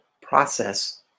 process